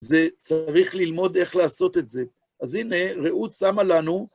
זה, צריך ללמוד איך לעשות את זה. אז הנה, רעות שמה לנו.